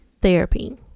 therapy